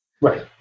Right